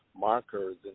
markers